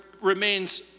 remains